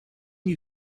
you